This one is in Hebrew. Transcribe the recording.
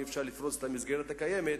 אי-אפשר לפרוס את המסגרת הקיימת,